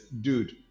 Dude